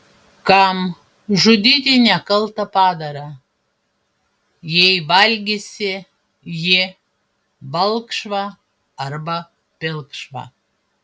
kam žudyti nekaltą padarą jei valgysi jį balkšvą arba pilkšvą